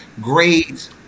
Grades